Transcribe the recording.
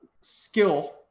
skill